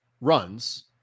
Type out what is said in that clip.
runs